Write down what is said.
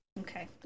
Okay